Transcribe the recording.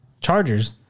Chargers